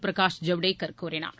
பிரகாஷ் ஜவ்டேகர் கூறினார்